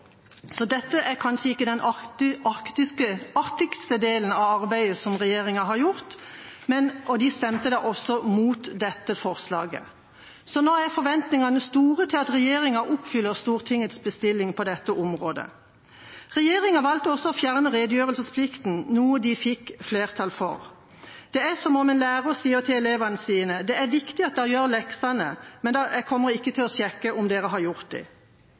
så dette er kanskje ikke den artigste delen av arbeidet regjeringa har gjort. Regjeringspartiene stemte da også mot dette forslaget. Nå er forventningene store om at regjeringa oppfyller Stortingets bestilling på dette området. Regjeringa valgte også å fjerne redegjørelsesplikten, noe de fikk flertall for. Det er som om en lærer sier til elevene sine: «Det er viktig at dere gjør leksene, men jeg kommer ikke til å sjekke om dere har gjort